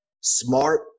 smart